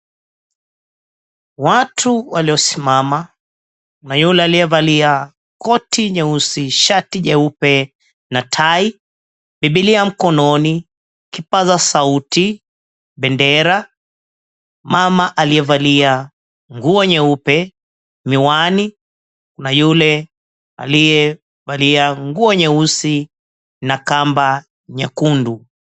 Watu waliosimama kuna yule aliyevalia koti nyeusi, shati jeupe, na tai bibilia mkononi, kipaza sauti, bendera, mama aliyevalia nguo nyeupe, miwani na yule aliyevalia nguo nyeusi na kamba nyekundu.